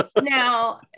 now